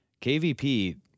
KVP